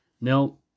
Now